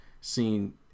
seen